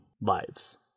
lives